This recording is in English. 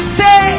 say